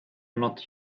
not